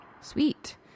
sweet